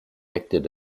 acted